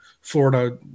Florida